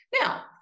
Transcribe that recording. now